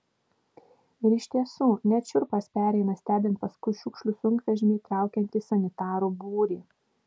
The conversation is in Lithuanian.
ir iš tiesų net šiurpas pereina stebint paskui šiukšlių sunkvežimį traukiantį sanitarų būrį